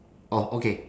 orh okay